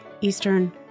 Eastern